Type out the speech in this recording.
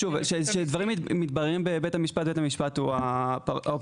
כשדברים מתבררים בבית המשפט בית המשפט הוא הפרשן.